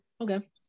okay